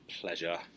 pleasure